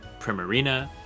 Primarina